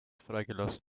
freigelassen